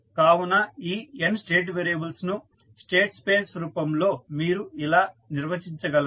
కావున ఈ n state variables ను స్టేట్ స్పేస్ రూపంలో మీరు ఇలా నిర్వచించగలరు